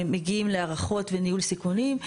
מגיעים להערכות וניהול סיכונים.